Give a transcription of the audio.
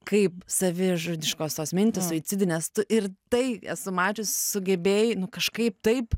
kaip savižudiškos tos mintys suicidinės ir tai esu mačius sugebėjai nu kažkaip taip